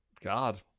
God